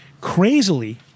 Crazily